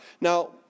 Now